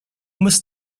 must